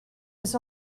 was